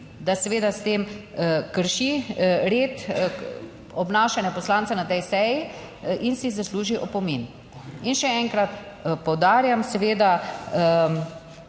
da seveda s tem krši red, obnašanja poslancev na tej seji in si zasluži opomin. In še enkrat poudarjam, seveda